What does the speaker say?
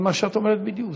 זה מה שאת אומרת בדיוק.